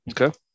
Okay